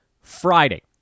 Friday